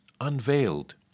unveiled